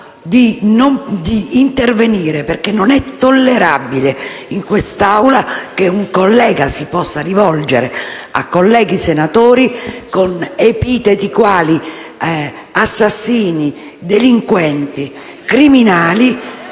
di intervenire perché non è tollerabile in quest'Aula che un collega si possa rivolgere a colleghi senatori con epiteti quali «assassini», «delinquenti», «criminali».